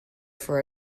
for